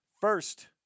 first